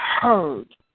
heard